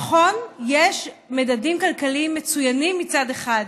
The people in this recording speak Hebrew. נכון, יש מדדים כלכליים מצוינים מצד אחד,